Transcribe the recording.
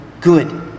good